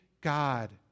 God